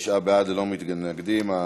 תשעה בעד, ללא מתנגדים.